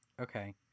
Okay